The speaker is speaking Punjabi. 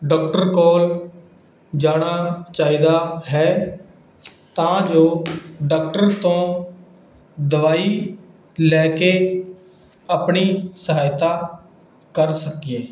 ਡਾਕਟਰ ਕੋਲ ਜਾਣਾ ਚਾਹੀਦਾ ਹੈ ਤਾਂ ਜੋ ਡਾਕਟਰ ਤੋਂ ਦਵਾਈ ਲੈ ਕੇ ਆਪਣੀ ਸਹਾਇਤਾ ਕਰ ਸਕੀਏ